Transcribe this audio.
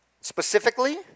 specifically